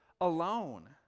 alone